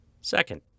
Second